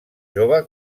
jove